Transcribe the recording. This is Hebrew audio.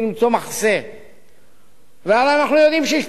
אנחנו יודעים שיש פה אינטרסים כלכליים קשים מאוד.